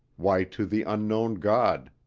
why, to the unknown god.